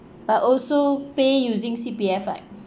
but also pay using C_P_F right